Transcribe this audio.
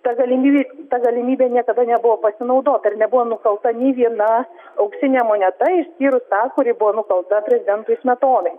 ta galimybė ta galimybe niekada nebuvo pasinaudota ir nebuvo nukalta nei viena auksinė moneta išskyrus tą kuri buvo nukalta prezidentui smetonai